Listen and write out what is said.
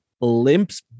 limps